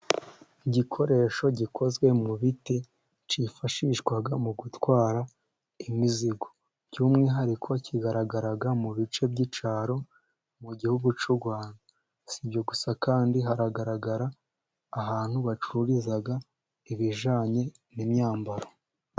Igikoresho gikozwe mu biti kifashishwa mu gutwara imizigo by'umwihariko kigaragara mu bice by'icyaro mu gihugu cy'u rwanda, sibyo gusa kandi haragaragara ahantu bacururizaga ibijanye n'imyambaro.